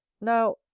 Now